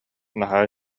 наһаа